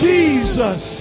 Jesus